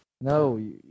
No